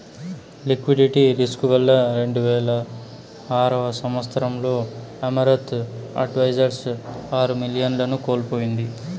liquidity risk వల్ల రెండువేల ఆరవ సంవచ్చరంలో అమరత్ అడ్వైజర్స్ ఆరు మిలియన్లను కోల్పోయింది